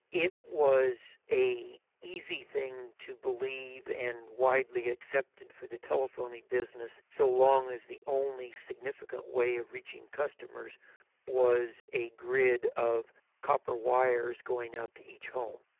it was an easy thing to believe and widely accepted for the telephoning business, so long as the only significant way of reaching customers was a grid of copper wires going out to each home.